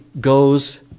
goes